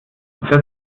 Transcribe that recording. das